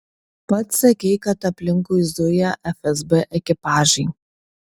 pats sakei kad aplinkui zuja fsb ekipažai